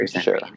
Sure